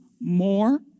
more